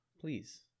Please